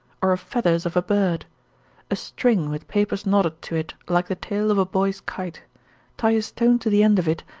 or of feathers of a bird a string, with papers knotted to it, like the tail of a boy's kite tie a stone to the end of it,